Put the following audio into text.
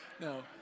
No